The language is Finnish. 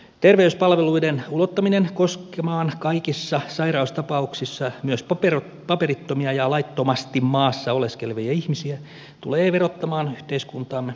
terveyspalveluiden ulottaminen koskemaan kaikissa sairaustapauksissa myös paperittomia ja laittomasti maassa oleskelevia ihmisiä tulee verottamaan yhteiskuntaamme rankemman kautta